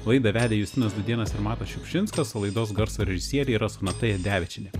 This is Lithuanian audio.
laidą vedė justinas dūdėnas ir matas šiupšinskas o laidos garso režisierė yra sonata jadevičienė